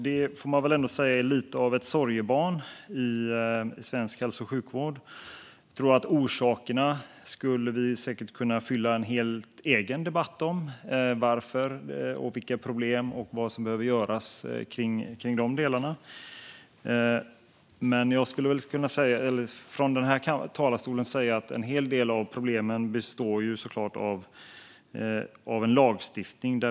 Det är lite av ett sorgebarn i svensk hälso och sjukvård. Orsakerna skulle vi säkert kunna fylla en helt egen debatt med. Det handlar om varför, vilka problem som finns och vad som behöver göras i de delarna. Jag kan från den här talarstolen säga att en hel del av problemen såklart beror på lagstiftning.